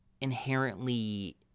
inherently